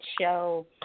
show